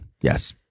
yes